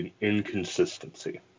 inconsistency